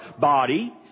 body